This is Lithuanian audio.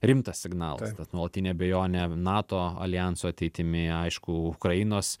rimtas signalas kad nuolatinė abejonė nato aljanso ateitimi aišku ukrainos